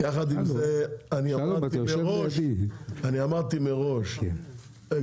יחד עם זה אני אמרתי מראש,